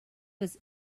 was